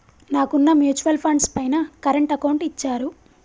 నాకున్న mutual funds పైన current account ఇచ్చారు